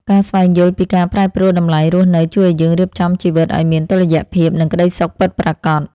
ការស្វែងយល់ពីការប្រែប្រួលតម្លៃរស់នៅជួយឱ្យយើងរៀបចំជីវិតឱ្យមានតុល្យភាពនិងក្ដីសុខពិតប្រាកដ។